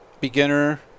beginner